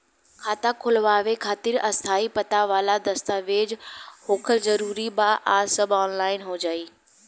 खाता खोलवावे खातिर स्थायी पता वाला दस्तावेज़ होखल जरूरी बा आ सब ऑनलाइन हो जाई?